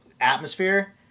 atmosphere